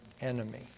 enemy